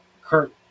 Kurt